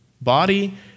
body